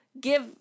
give